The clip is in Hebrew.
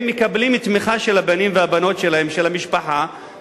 הם מקבלים תמיכה של הבנים והבנות שלהם, של המשפחה,